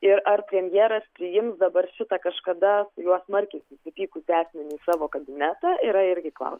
ir ar premjeras priims dabar šitą kažkada su juo smarkiai susipykusi asmenį į savo kabinetą yra irgi klausimas